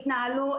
משולב.